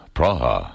Praha